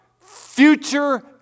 future